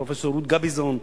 פרופסור רות גביזון,